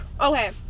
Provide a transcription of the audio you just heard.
Okay